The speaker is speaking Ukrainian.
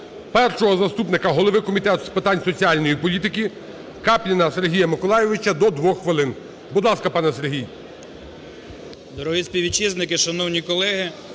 першого заступника голови Комітету з питань соціальної політики Капліна Сергія Миколайовича, до 2 хвилин. Будь ласка, пане Сергій. 10:59:00 КАПЛІН С.М. Дорогі співвітчизники, шановні колеги!